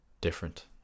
different